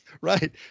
Right